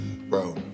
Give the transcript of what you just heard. bro